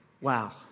wow